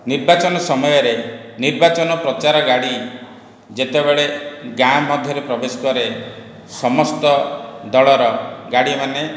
ନିର୍ବାଚନ ସମୟରେ ନିର୍ବାଚନ ପ୍ରଚାର ଗାଡ଼ି ଯେତେବେଳେ ଗାଁ ମଧ୍ୟରେ ପ୍ରବେଶ କରେ ସମସ୍ତ ଦଳର ଗାଡ଼ିମାନେ